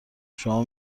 شما